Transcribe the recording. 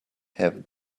have